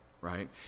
right